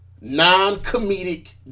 Non-comedic